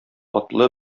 атлы